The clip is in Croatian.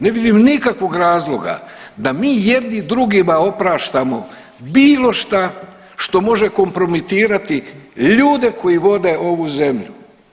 Ne vidim nikakvog razloga da mi jedni drugima opraštamo bilo šta što može kompromitirati ljude koji vode ovu zemlju.